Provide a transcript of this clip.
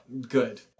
Good